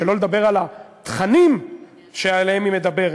שלא לדבר על התכנים שעליהם היא מדברת,